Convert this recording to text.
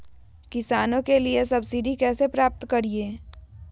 किसानों के लिए सब्सिडी कैसे प्राप्त करिये?